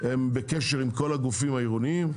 הם בקשר עם כל הגופים העירוניים,